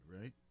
right